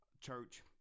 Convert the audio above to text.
church